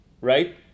right